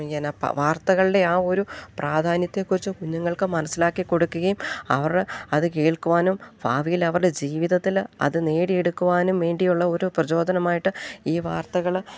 പിന്നെ വാർത്തകളുടെ ആ ഒരു പ്രാധാന്യത്തെക്കുറിച്ച് കുഞ്ഞുങ്ങൾക്ക് മനസ്സിലാക്കി കൊടുക്കുകയും അവർ അതു കേൾക്കുവാനും ഭാവിയിൽ അവരുടെ ജീവിതത്തിൽ അത് നേടിയെടുക്കുവാനും വേണ്ടിയുള്ള ഒരു പ്രചോദനമായിട്ട് ഈ വാർത്തകൾ